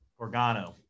Organo